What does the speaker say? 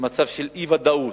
במצב של אי-ודאות,